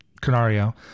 Canario